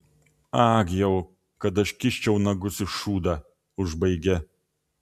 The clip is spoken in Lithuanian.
ag jau kad aš kiščiau nagus į šūdą užbaigė